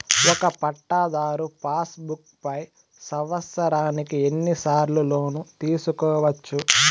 ఒక పట్టాధారు pass book పై సంవత్సరానికి ఎన్ని సార్లు లోను తీసుకోవచ్చు?